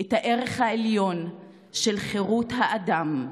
את הערך העליון של חירות האדם.